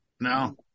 No